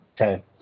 Okay